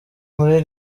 muri